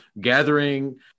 gathering